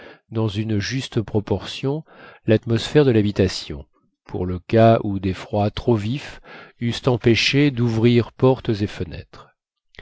dans une juste proportion l'atmosphère de l'habitation pour le cas où des froids trop vifs eussent empêché d'ouvrir portes et fenêtres